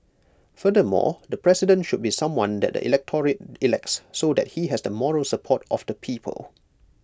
furthermore the president should be someone that the electorate elects so that he has the moral support of the people